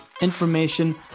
information